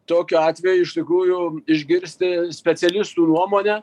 tokiu atveju iš tikrųjų išgirsti specialistų nuomonę